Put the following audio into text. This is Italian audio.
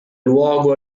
luogo